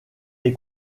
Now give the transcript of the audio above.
des